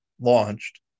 launched